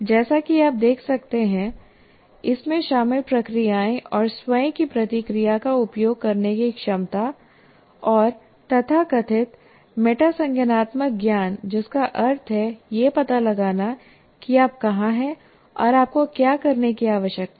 जैसा कि आप देख सकते हैं इसमें शामिल प्रक्रियाएं और स्वयं की प्रतिक्रिया का उपयोग करने की क्षमता और तथाकथित मेटा संज्ञानात्मक ज्ञान जिसका अर्थ है यह पता लगाना कि आप कहां हैं और आपको क्या करने की आवश्यकता है